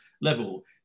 level